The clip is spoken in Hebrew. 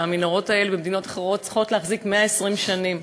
המנהרות האלה במדינות אחרות צריכות להחזיק 120 שנים.